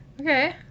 Okay